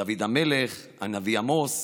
דוד המלך, הנביא עמוס,